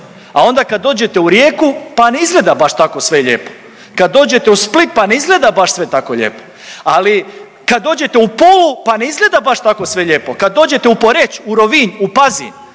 a onda kad dođete u Rijeku, pa ne izgleda baš tako sve lijepo, kad dođete u Split pa ne izgleda baš sve tako lijepo, ali kad dođete u Pulu pa ne izgleda baš tako sve lijepo, kad dođete u Poreč, u Rovinj, u Pazin,